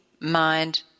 mind